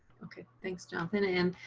okay. thanks, jonathan and